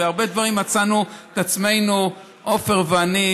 בהרבה דברים מצאנו את עצמנו, עפר ואני,